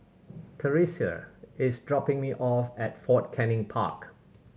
Theresia is dropping me off at Fort Canning Park